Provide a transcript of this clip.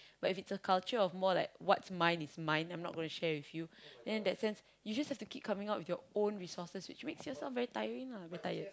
but if it's a culture of more like what's mine is mine I'm not gonna share with you then in that sense you just have to keep coming up with your own resources which makes yourself very tiring lah very tired